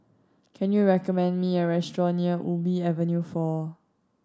can you recommend me a restaurant near Ubi Avenue Four